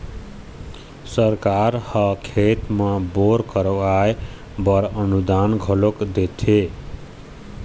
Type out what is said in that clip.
सरकार ह खेत म बोर करवाय बर अनुदान घलोक देथे